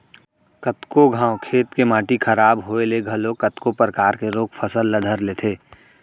कतको घांव खेत के माटी खराब होय ले घलोक कतको परकार के रोग फसल ल धर लेथे